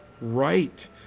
right